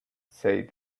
said